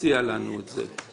הציע לנו את זה.